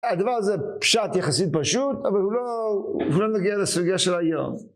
הדבר הזה פשט, יחסית פשוט, אבל הוא לא... לא נגיע לסוגיה שלו היום.